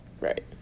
Right